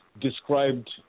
described